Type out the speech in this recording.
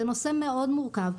זה נושא מאוד מורכב.